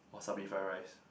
wasabi fried rice